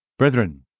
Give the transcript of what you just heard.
Brethren